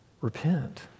repent